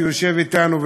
שיושב אתנו,